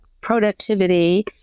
productivity